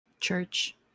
Church